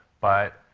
but,